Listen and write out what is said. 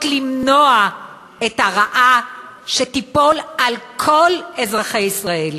למנוע את הרעה שתיפול על כל אזרחי ישראל.